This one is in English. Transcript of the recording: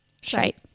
Shite